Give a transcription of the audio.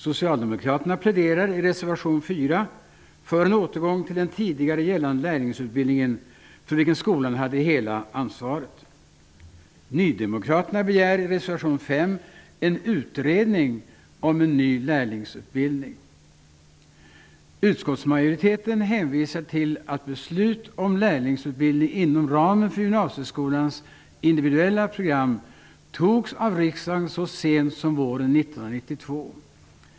Socialdemokraterna pläderar i reservation 4 för en återgång till den tidigare gällande lärlingsutbildningen för vilken skolan hade hela ansvaret. Nydemokraterna begär i reservation 5 en utredning om en ny lärlingsutbildning. Utskottsmajoriteten hänvisar till att beslut om lärlingsutbildning inom ramen för gymnasieskolans individuella program fattades av riksdagen så sent som våren 1992.